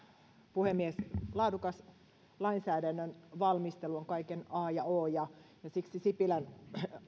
puhemies laadukas lainsäädännön valmistelu on kaiken a ja o ja siksi sipilän